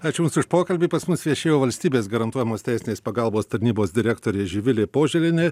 aš jums už pokalbį pas mus viešėjo valstybės garantuojamos teisinės pagalbos tarnybos direktorė živilė poželienė